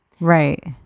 right